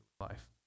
life